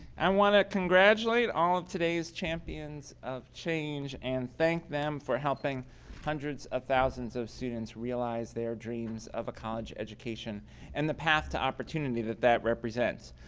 and want to congratulate all of today's champions of change and thank them for helping hundreds of thousands of students realize their dreams of a college education and the path to opportunity that that represents.